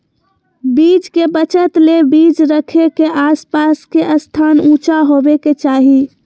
बीज के बचत ले बीज रखे के आस पास के स्थान ऊंचा होबे के चाही